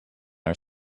are